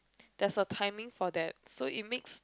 there's a timing for that so it makes